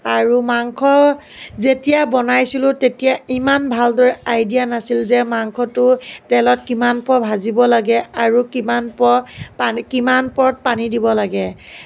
আৰু মাংস যেতিয়া বনাইছিলোঁ তেতিয়া ইমান ভালদৰে আইডিয়া নাছিল যে মাংসটো তেলত কিমান পৰ ভাজিব লাগে আৰু কিমান পৰ পানী কিমান পৰত পানী দিব লাগে